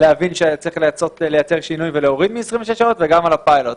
להוריד מ-26 שעות וגם משמח לשמוע על הפיילוט.